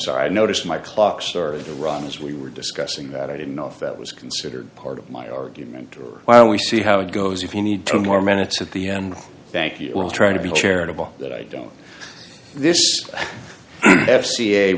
sorry i noticed my clock started to run as we were discussing that i didn't know if that was considered part of my argument or why don't we see how it goes if you need two more minutes at the end thank you i'll try to be charitable that i don't